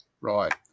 Right